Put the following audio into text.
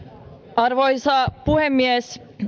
arvoisa puhemies